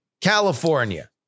California